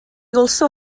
also